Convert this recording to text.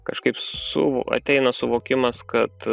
kažkaip su ateina suvokimas kad